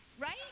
Right